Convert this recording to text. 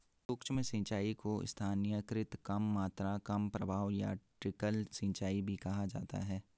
सूक्ष्म सिंचाई को स्थानीयकृत कम मात्रा कम प्रवाह या ट्रिकल सिंचाई भी कहा जाता है